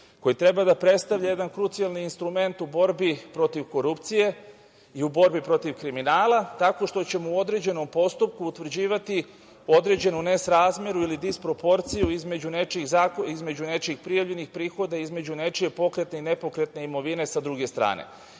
koji treba da predstavlja jedan krucijalni instrument u borbi protiv korupcije i u borbi protiv kriminala, tako što ćemo u određenom postupku utvrđivati određenu nesrazmeru ili disproporciju između nečijih prijavljenih prihoda i između nečije pokretne i nepokretne imovine sa druge strane.